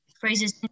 phrases